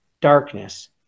darkness